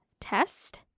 test